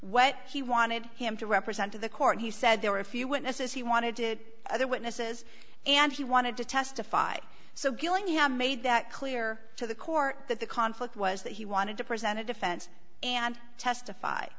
what he wanted him to represent to the court he said there were a few witnesses he wanted to other witnesses and he wanted to testify so gillingham made that clear to the court that the conflict was that he wanted to present a defense and testify